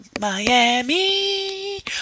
Miami